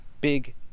Big